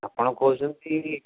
ଆପଣ କହୁଛନ୍ତି